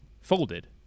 folded